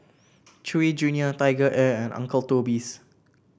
Chewy Junior TigerAir and Uncle Toby's